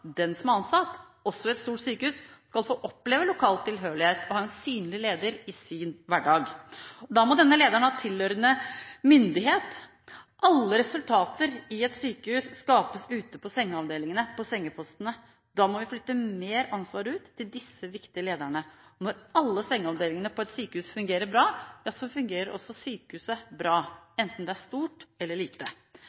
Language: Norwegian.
den som er ansatt – også ved et stort sykehus – skal få oppleve lokal tilhørighet og ha en synlig leder i sin hverdag. Da må denne lederen ha tilhørende myndighet. Alle resultater i et sykehus skapes ute på sengeavdelingene, på sengepostene. Da må vi flytte mer ansvar ut til disse viktige lederne. Når alle sengeavdelingene på et sykehus fungerer bra, fungerer også sykehuset bra